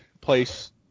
place